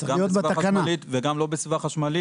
גם בסביבה חשמלית וגם לא בסביבה חשמלית,